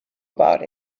about